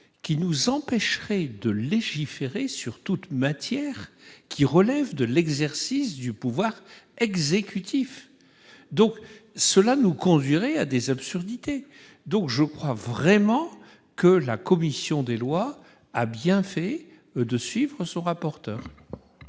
qui nous empêcherait de légiférer sur toute matière qui relève de l'exercice du pouvoir exécutif. Cela nous conduirait à des absurdités. Je crois donc vraiment que la commission des lois a bien fait de suivre son rapporteur.